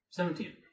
Seventeen